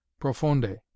profonde